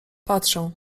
patrzę